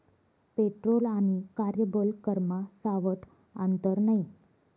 petrol आणि कार्यबल करमा सावठं आंतर नै